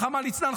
רחמנא ליצלן,